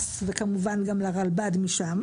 מידע.